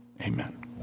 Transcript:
Amen